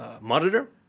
monitor